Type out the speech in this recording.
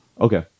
Okay